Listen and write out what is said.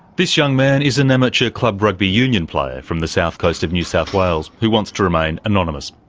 this young man is an amateur club rugby union player from the south coast of new south wales who wants to remain anonymous.